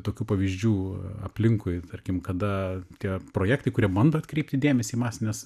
tokių pavyzdžių aplinkui tarkim kada tie projektai kurie bando atkreipti dėmesį į masinės